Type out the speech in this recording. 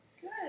Good